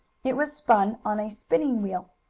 it was spun on a spinning wheel.